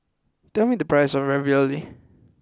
tell me the price of Ravioli